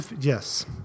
Yes